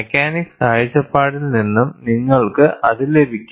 mechanics കാഴ്ചപ്പാടിൽ നിന്നും നിങ്ങൾക്ക് അത് ലഭിക്കും